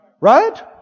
Right